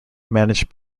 managed